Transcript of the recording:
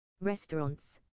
Restaurants